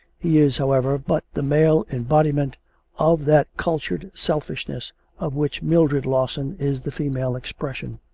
he is, however, but the male embodiment of that cultured selfishness of which mildred lawson is the female expression.